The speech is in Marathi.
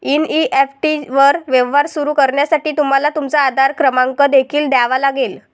एन.ई.एफ.टी वर व्यवहार सुरू करण्यासाठी तुम्हाला तुमचा आधार क्रमांक देखील द्यावा लागेल